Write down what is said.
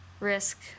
Risk